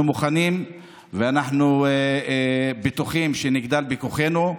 ברוכים הבאים.) אנחנו מוכנים ואנחנו בטוחים שנגדל בכוחנו,